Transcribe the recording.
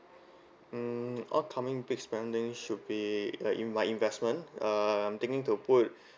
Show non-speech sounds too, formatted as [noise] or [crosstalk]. mm upcoming big spending should be like inve~ investment uh I'm thinking to put [breath]